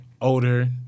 older